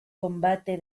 combate